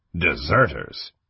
Deserters